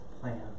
plan